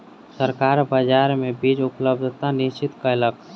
सरकार बाजार मे बीज उपलब्धता निश्चित कयलक